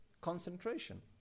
Concentration